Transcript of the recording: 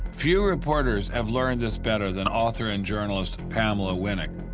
few reporters have learned this better than author and journalist pamela winnick.